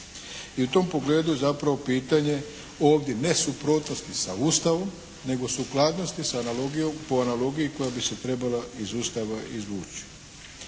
I u tom pogledu je zapravo pitanje ovdje ne suprotnosti sa Ustavom nego sukladnosti sa analogijom, po analogiji koja bi se trebala iz Ustava izvući.